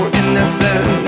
innocent